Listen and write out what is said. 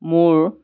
মোৰ